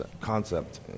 concept